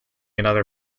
another